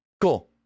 Cool